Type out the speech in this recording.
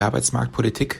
arbeitsmarktpolitik